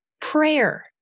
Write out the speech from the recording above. prayer